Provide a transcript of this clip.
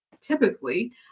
typically